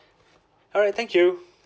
alright thank you